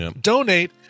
Donate